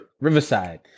Riverside